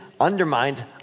undermined